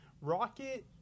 Rocket